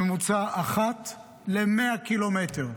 בממוצע, אחת ל-100 קילומטר.